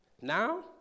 Now